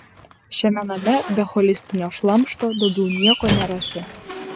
šiame name be holistinio šlamšto daugiau nieko nerasi